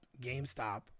GameStop